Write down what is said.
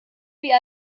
wie